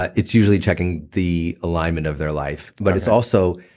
ah it's usually checking the alignment of their life, but it's also,